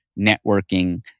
networking